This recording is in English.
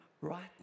right